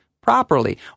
properly